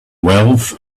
wealth